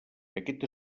aquest